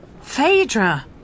Phaedra